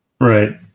Right